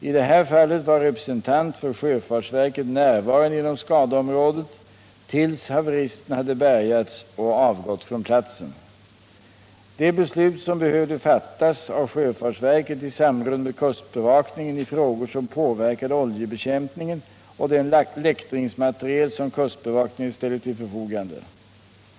I det här fallet var representant från sjöfartsverket närvarande inom skadeområdet tills haveristen hade bär gats och avgått från platsen. De beslut som behövdes fattades av sjö Nr 46 fartsverket i samråd med kustbevakningen i frågor som påverkade ol Måndagen den jebekämpningen och den läktringsmateriel som kustbevakningen ställde 12 december 1977 till förfogande.